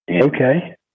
Okay